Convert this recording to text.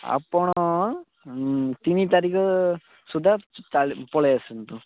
ଆପଣ ତିନି ତାରିଖ ସୁଦ୍ଧା ଚା ପଳେଇ ଆସନ୍ତୁ